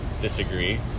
disagree